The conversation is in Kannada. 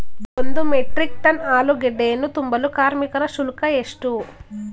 ಒಂದು ಮೆಟ್ರಿಕ್ ಟನ್ ಆಲೂಗೆಡ್ಡೆಯನ್ನು ತುಂಬಲು ಕಾರ್ಮಿಕರ ಶುಲ್ಕ ಎಷ್ಟು?